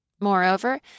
Moreover